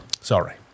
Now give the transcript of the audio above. sorry